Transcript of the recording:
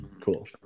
Cool